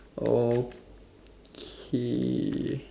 okay